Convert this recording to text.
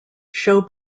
show